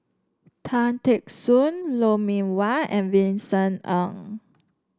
Tan Teck Soon Lou Mee Wah and Vincent Ng